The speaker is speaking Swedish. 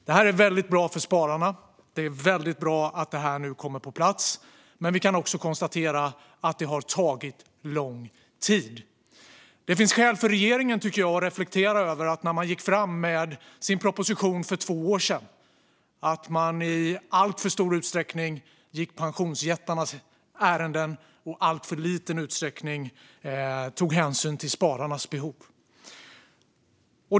Det här är bra för spararna. Det är bra att det kommer på plats, men det har tagit lång tid. Det finns skäl för regeringen att reflektera över att man när man gick fram med sin proposition för två år sedan i alltför stor utsträckning gick pensionsjättarnas ärenden och i alltför liten utsträckning tog hänsyn till spararnas behov.